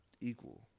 equal